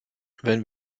wenn